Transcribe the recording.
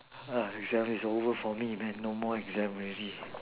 it's just it's over for me man no more exam already